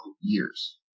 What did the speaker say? years